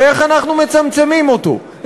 ואיך אנחנו מצמצמים אותו.